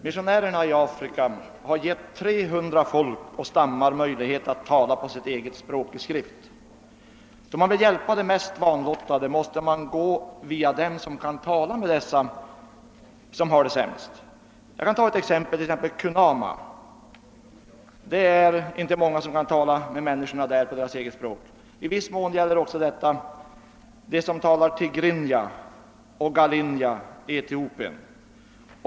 Missionärerna i Afrika har givit 300 stammar och folk möjligheter att meddela sig skriftligen med varandra på sitt eget språk, och då man vill hjälpa de människor som i detta avseende är mest vanlottade måste man anlita personer som kan tala med dem på deras språk. Jag kan som exempel nämna Kunama. Det är inte många som kan tala med människorna där på deras språk. I viss mån gäller detta också för människorna som talar tigrinia och gallinja i Etiopien.